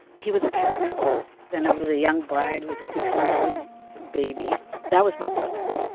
he was a paratrooper and i was a young bride with a six month old baby that was my brother.